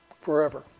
forever